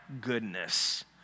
goodness